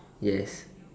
yes